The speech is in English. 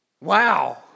Wow